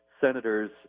senators